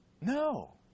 no